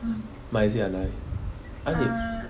马来西亚哪里